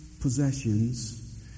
possessions